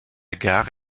gare